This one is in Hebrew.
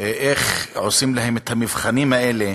איך עושים להם את המבחנים האלה,